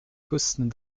cosne